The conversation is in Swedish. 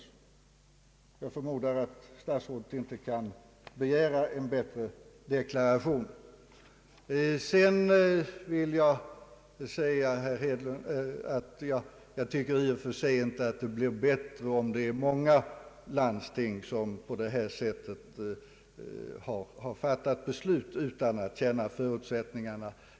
Det är dessa »vederbörliga beslut» vi nu sysslar med. Jag förmodar att statsrådet inte kan begära en bättre deklaration. Sedan vill jag säga till herr Hedlund att jag inte tycker att det i och för sig blir bättre om det är många landsting som på detta sätt har fattat beslut utan att känna förutsättningarna.